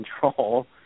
control